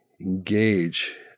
engage